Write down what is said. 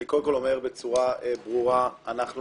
אני קודם כול אומר בצורה ברורה: אנחנו